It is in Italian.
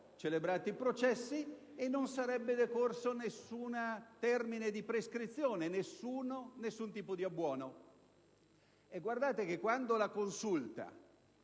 celebrati i processi e non sarebbe decorso alcun termine di prescrizione e nessun tipo di abbuono. Quando la Consulta